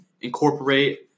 incorporate